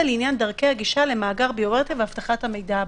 לעניין דרכי הגישה למאגר ביומטרי ולאבטחת המידע בו.